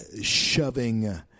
shoving